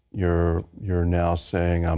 you're you're now saying, um